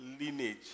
lineage